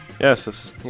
Yes